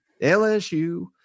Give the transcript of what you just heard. LSU